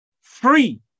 free